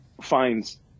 finds